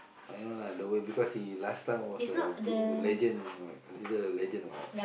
I know lah the way because he last time was a good legend considered a legend [what]